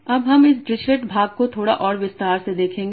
अब हम इस डिरिचलेट भाग को थोड़ा और विस्तार से देखेंगे